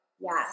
Yes